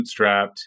bootstrapped